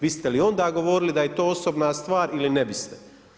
Biste li onda govorili da je to osobna stvar ili ne biste?